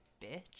bitch